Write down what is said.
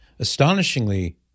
astonishingly